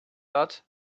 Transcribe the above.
lot